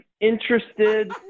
interested